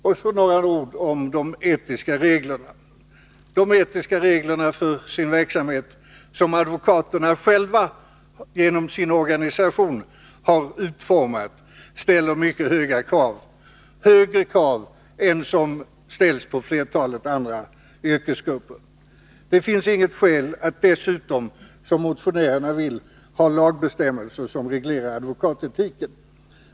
Så några ord om de etiska reglerna. De etiska regler för sin verksamhet som advokaterna själva genom sina organisationer har utformat ställer mycket höga krav, högre krav än de som ställs på flertalet andra yrkesgrupper. Det finns inget skäl att dessutom, som motionärerna vill, ha lagbestämmelser som reglerar advokatetiken.